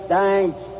thanks